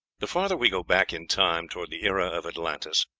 the farther we go back in time toward the era of atlantis,